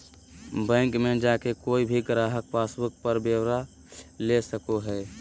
bank मे जाके कोय भी गाहक पासबुक पर ब्यौरा ले सको हय